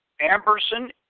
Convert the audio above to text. Amberson